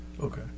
Okay